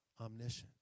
omniscient